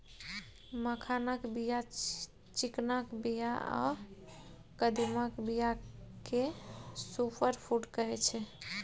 मखानक बीया, चिकनाक बीया आ कदीमाक बीया केँ सुपर फुड कहै छै